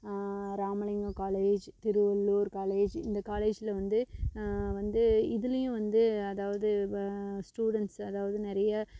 Ramalingam college Thiruvallur college இந்த காலேஜில் வந்து வந்து இதுலையும் வந்து அதாவது வ ஸ்டூடண்ட்ஸு அதாவது நிறையா